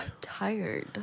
tired